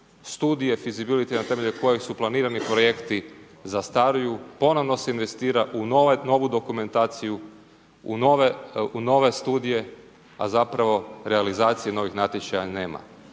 razumije./... na temelju kojih su planirani projekti zastaruju, ponovno se investira u novu dokumentaciju, u nove studije, a zapravo realizacije novih natječaja nema.